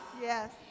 Yes